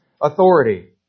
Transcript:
authority